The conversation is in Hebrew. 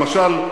למשל,